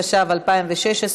התשע"ו 2016,